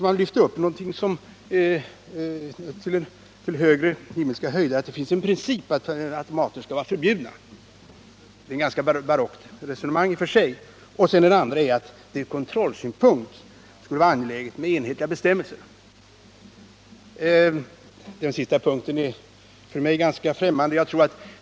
Man lyfter sig således upp till himmelska höjder och hävdar att det finns en princip att sådana här automater skall vara förbjudna. Det är ett ganska barockt resonemang. Den andra synpunkten är att det ur kontrollsynpunkt skulle vara angeläget med enhetliga bestämmelser. Detta är för mig ganska främmande.